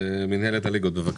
מינהלת הליגות, בבקשה.